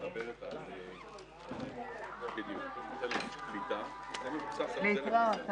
הישיבה ננעלה בשעה 13:40.